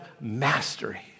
mastery